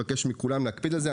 אני מבקש מכולם להקפיד על זה.